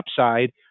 upside